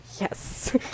Yes